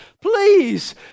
Please